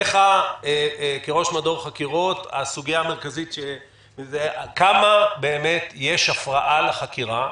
כראש מדור חקירות, כמה באמת יש הפרעה לחקירה?